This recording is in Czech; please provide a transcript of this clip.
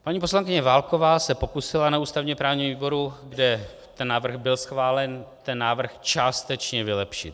Paní poslankyně Válková se pokusila na ústavněprávním výboru, kde ten návrh byl schválen, ten návrh částečně vylepšit.